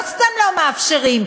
לא סתם לא מאפשרים,